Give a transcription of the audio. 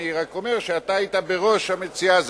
אני רק אומר שאתה היית בראש המציעים.